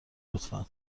لطفا